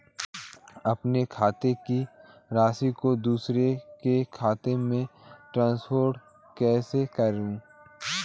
अपने खाते की राशि को दूसरे के खाते में ट्रांसफर कैसे करूँ?